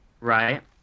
Right